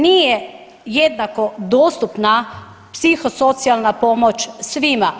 Nije jednako dostupna psihosocijalna pomoć svima.